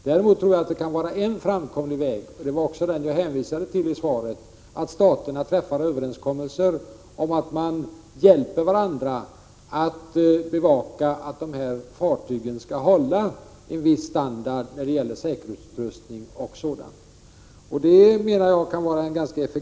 Däremot kan det vara en framkomlig väg — och det var den jag hänvisade till i svaret — att staterna träffar överenskommelser om att hjälpa varandra att bevaka att fartygen håller en viss standard när det gäller säkerhetsutrustning och sådant. Det kan vara en effektiv väg.